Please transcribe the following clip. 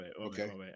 Okay